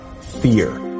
fear